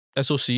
SOC